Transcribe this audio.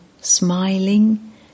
smiling